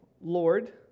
Lord